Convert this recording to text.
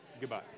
Goodbye